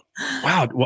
Wow